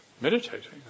meditating